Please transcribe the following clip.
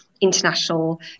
international